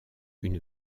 une